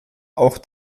auch